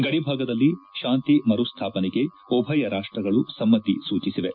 ಗಡಿ ಭಾಗದಲ್ಲಿ ಶಾಂತಿ ಮರುಸ್ಥಾಪನೆಗೆ ಉಭಯ ರಾಷ್ಟಗಳು ಸಮೃತಿ ಸೂಚಿಸಿವೆ